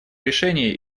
решений